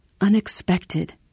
unexpected